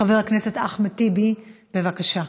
חבר הכנסת אחמד טיבי, בבקשה.